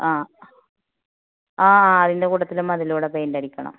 ആ ആ അതിൻ്റെ കൂടത്തിൽ മതിലിൽ കൂടെ പെയിന്റ് അടിക്കണം